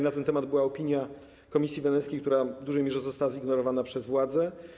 Na ten temat była opinia Komisji Weneckiej, która w dużej mierze została zignorowana przez władzę.